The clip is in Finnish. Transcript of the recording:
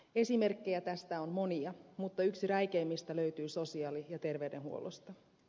esimerkkejä tästä on monia mutta yksi räikeimmistä löytyy sosiaali ja terveydenhuollosta